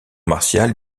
martiale